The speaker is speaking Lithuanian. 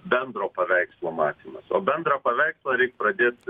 bendro paveikslo matymas o bendrą paveikslą reik pradėt